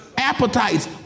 Appetites